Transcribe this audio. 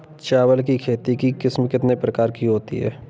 चावल की खेती की किस्में कितने प्रकार की होती हैं?